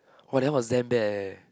!wah! that was damn bad eh